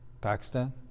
Pakistan